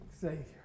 Savior